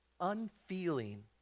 unfeeling